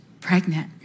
pregnant